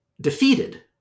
defeated